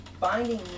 Finding